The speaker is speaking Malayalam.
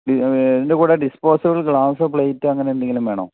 ഇതിൻ്റെ കൂടെ ഡിസ്പോസിബിൾ ഗ്ലാസൊ പ്ലേറ്റൊ അങ്ങനെ എന്തെങ്കിലും വേണോ